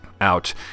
out